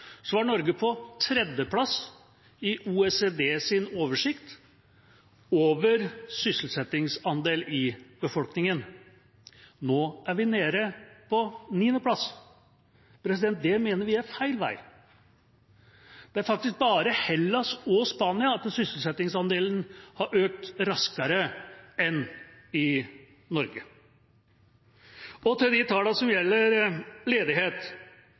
oversikt over sysselsettingsandel i befolkningen. Nå er vi nede på niendeplass, og det mener vi er feil vei. Det er faktisk bare i Hellas og Spania sysselsettingsandelen har økt raskere enn i Norge. Til de tallene som gjelder ledighet: